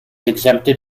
exempted